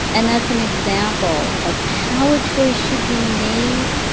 and that's an example of how a choice should be made,